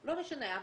לא משנה.